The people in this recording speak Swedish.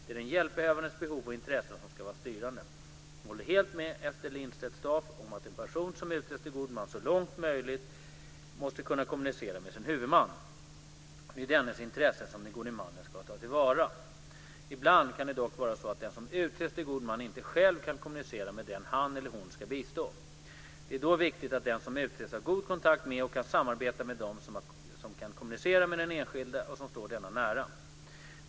Det är den hjälpbehövandes behov och intressen som ska vara styrande. Jag håller helt med Ester Lindstedt-Staaf om att en person som utses till god man så långt möjligt måste kunna kommunicera med sin huvudman. Det är ju dennes intressen som den gode mannen ska ta till vara. Ibland kan det dock vara så att den som utses till god man inte själv kan kommunicera med den han eller hon ska bistå. Det är då viktigt att den som utses har god kontakt med och kan samarbeta med dem som kan kommunicera med den enskilde och som står denne nära.